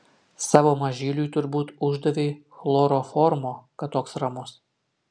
savo mažyliui turbūt uždavei chloroformo kad toks ramus